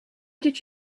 did